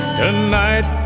tonight